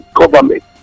government